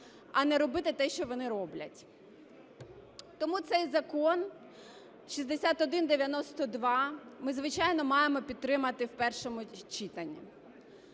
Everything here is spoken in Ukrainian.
а не робити те, що вони роблять. Тому цей Закон 6192 ми, звичайно, маємо підтримати в першому читанні.